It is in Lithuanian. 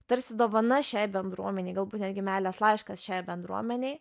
tarsi dovana šiai bendruomenei galbūt netgi meilės laiškas šiai bendruomenei